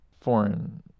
foreign